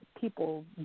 people